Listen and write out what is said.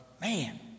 man